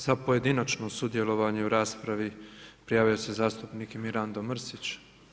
Za pojedinačno sudjelovanje u raspravi prijavio se zastupnik Mirando Mrsić.